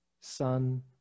Son